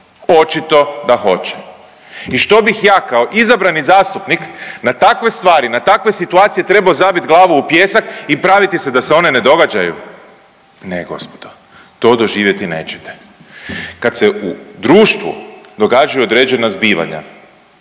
očito da hoće i što bih ja kao izabrani zastupnik na takve stvari i na takve situacije trebao zabit glavu u pijesak i praviti se da se one ne događaju? Ne gospodo, to doživjeti nećete. Kad se u društvu događaju određena zbivanja,